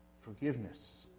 Forgiveness